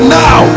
now